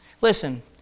Listen